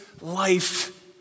life